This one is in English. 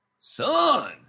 Son